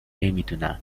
نمیدونند